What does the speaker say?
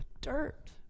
dirt